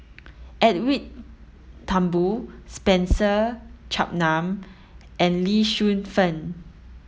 Edwin Thumboo Spencer Chapman and Lee Shu Fen